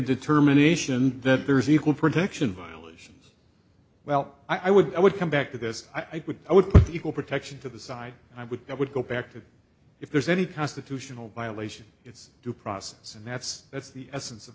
determination that there's equal protection violations well i would i would come back to this i would i would equal protection to the side i would that would go back to if there's any constitutional violation it's due process and that's that's the essence of